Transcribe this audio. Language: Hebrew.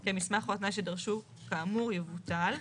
כי המסמך או התנאי שדרשו כאמור יבוטל.